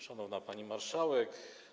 Szanowna Pani Marszałek!